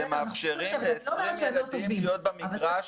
אנחנו מקנים העשרה מקצועית בתחומים שאין לצוות הגן הכשרה אליהם,